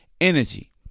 energy